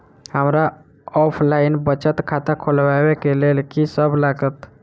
हमरा ऑफलाइन बचत खाता खोलाबै केँ लेल की सब लागत?